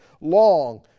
long